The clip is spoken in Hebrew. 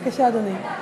בבקשה, אדוני.